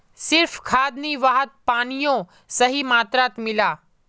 सिर्फ खाद नी वहात पानियों सही मात्रात मिला